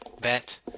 bet